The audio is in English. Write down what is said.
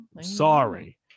sorry